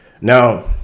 Now